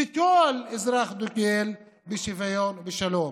וכל אזרח שדוגל בשוויון ובשלום.